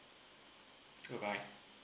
goodbye